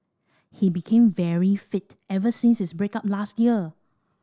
he became very fit ever since his break up last year